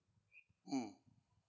mm